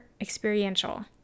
experiential